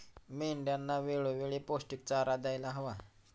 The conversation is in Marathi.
मेंढ्यांना वेळोवेळी पौष्टिक चारा द्यायला हवा